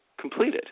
completed